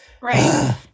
right